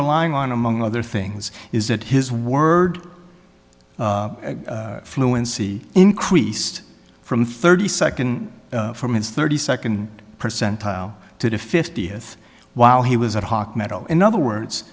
relying on among other things is that his word fluency increased from thirty second from its thirty second percentile to the fiftieth while he was a hawk medal in other words